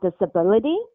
disability